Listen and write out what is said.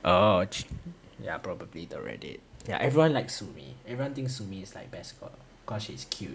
oh ya probably the Reddit ya everyone likes sumi everyone thinks sumi is like best girl because she's cute